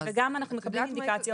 וגם אנחנו מקבלים אינדיקציות.